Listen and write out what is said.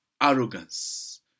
arrogance